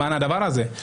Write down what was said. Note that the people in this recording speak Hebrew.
למען הדבר הזה.